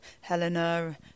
Helena